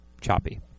choppy